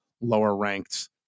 lower-ranked